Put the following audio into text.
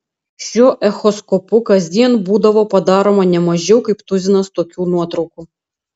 šiuo echoskopu kasdien būdavo padaroma ne mažiau kaip tuzinas tokių nuotraukų